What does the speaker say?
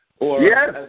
Yes